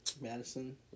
Madison